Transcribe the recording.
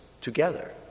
together